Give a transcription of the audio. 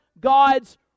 God's